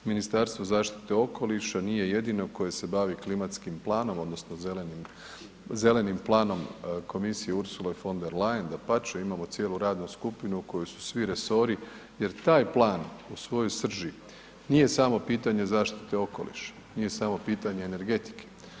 Ministarstvo zaštite okoliša nije jedino koje se bavi klimatskim planom odnosno zelenim, zelenim planom komisije Ursule von der Leyen, dapače imamo cijelu radnu skupinu u kojoj su svi resori jer taj plan u svojoj srži nije samo pitanje zaštite okoliša, nije samo pitanje energetike.